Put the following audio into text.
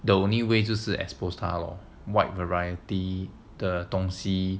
the only way 就是 expose 他 loh wide variety 的东西